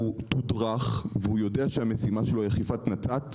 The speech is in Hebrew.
הוא תודרך והוא יודע שהמשימה שלו היא אכיפת נת"צ,